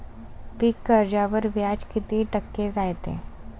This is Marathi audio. पीक कर्जावर व्याज किती टक्के रायते?